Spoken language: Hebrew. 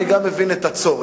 אני גם מבין את הצורך.